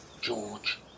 George